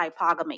hypogamy